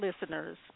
listeners